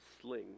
sling